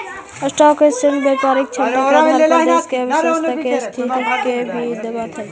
stock exchange व्यापारिक क्षमता के आधार पर देश के अर्थव्यवस्था के स्थिति के भी दर्शावऽ हई